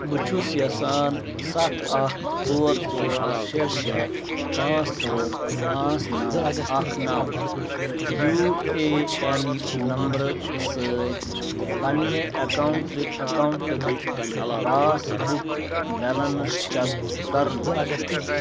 بہٕ چھُس یژھان سَتھ اکھ ژور ژور شےٚ شےٚ پانٛژھ ژور پانٛژھ نَو اکھ نَو یوٗ اے اٮ۪ن نمبر سۭتۍ پنٛنہِ اٮ۪کاوُنٛٹ اٮ۪کاوُنٛٹٕکۍ پاس بُک بیلٮ۪نٕس چَک کرُن